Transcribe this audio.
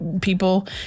people